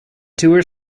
tour